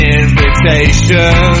invitation